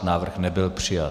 Návrh nebyl přijat.